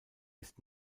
ist